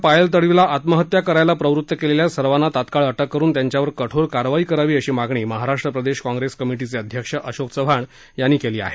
पायल तडवीला आत्महत्या करण्यास प्रवृत केलेल्या सर्वांना तात्काळ अटक करुन त्यांच्यावर कठोर कारवाई करावी अशी मागणी महाराष्ट्र प्रदेश काँग्रेस कमिटीचे अध्यक्ष अशोक चव्हाण यांनी केली आहे